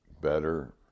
better